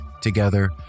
together